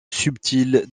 subtiles